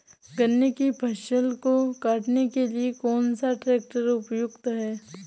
गन्ने की फसल को काटने के लिए कौन सा ट्रैक्टर उपयुक्त है?